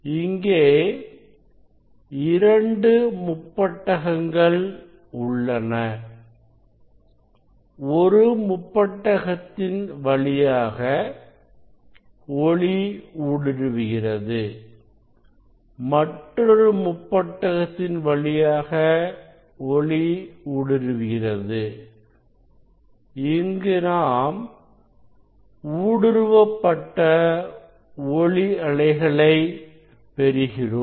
இங்கே இரண்டு முப்பட்டகங்கள் உள்ளன ஒரு முப்பட்டகத்தின் வழியாக ஒளி ஊடுருவுகிறது மற்றொரு முப்பட்டகத்தின் வழியாக ஒளி கூடிவிடுகிறது இங்கு நாம் ஊடுருவ பட்ட ஒளி அலைகளை பெறுகிறோம்